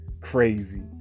crazy